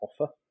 offer